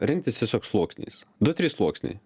rengtis tiesiog sluoksniais du trys sluoksniai